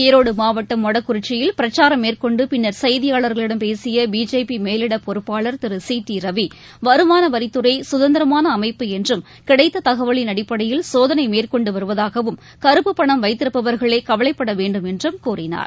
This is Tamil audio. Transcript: ஈரோடுமாவட்டம் மொடக்குறிச்சியில் பிரச்சாரம் மேற்கொண்டுபின்னர் செய்தியாளர்களிடம் பேசியபிஜேபிமேலிடப் பொறுப்பாளர் திருசி டி ரவி வருமானவரித்துறைகதந்திரமானஅமைப்பு என்றும் கிடைத்ததகவலின் அடிப்படையில் சோதனைமேற்கொண்டுவாவதாகவும் கறுப்புப் பணம் வைத்திருப்பவர்களேகவலைப்படவேண்டும் என்றும் கூறினார்